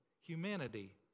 humanity